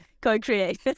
Co-create